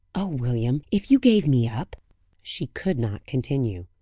oh, william, if you gave me up she could not continue.